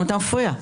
אתה מפריע.